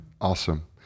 Awesome